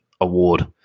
award